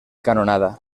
canonada